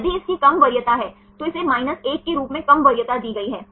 यदि इसकी कम वरीयता है तो इसे 1 के रूप में कम वरीयता दी गई है